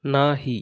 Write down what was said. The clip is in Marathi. नाही